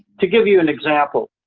to give you an example,